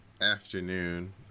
afternoon